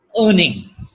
Earning